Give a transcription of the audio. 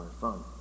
fun